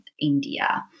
India